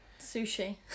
Sushi